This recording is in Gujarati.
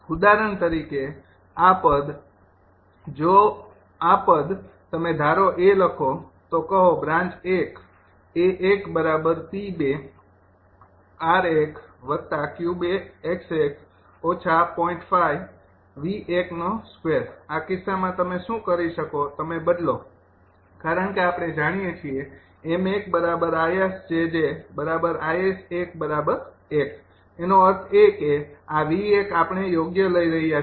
ઉદાહરણ તરીકે આ પદ આ પદ જો તમે ધારો 𝐴 લખો તો કહો બ્રાન્ચ ૧ આ કિસ્સામાં તમે શું કરી શકો તમે બદલો કારણ કે આપણે જાણીએ છીએ 𝑚૧𝐼𝑆𝑗𝑗𝐼𝑆૧૧ તેનો અર્થ એ કે આ 𝑉૧ આપણે યોગ્ય લઈ રહ્યા છીએ